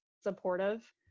supportive